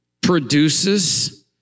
produces